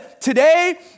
today